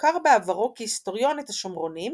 שחקר בעברו כהיסטוריון את השומרונים,